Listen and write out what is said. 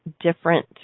different